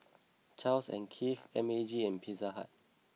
Charles and Keith M A G and Pizza Hut